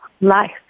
life